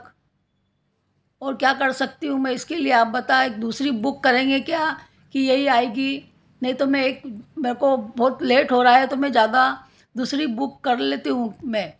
और क्या कर सकती हूँ मैं इसके लिए आप बताएँ दूसरी बुक करेंगे क्या की यही आएगी नहीं तो मैं एक मेरे को बहुत लेट हो रहा है तो मैं ज़्यादा दूसरी बुक कर लेती हूँ मैं